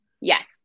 yes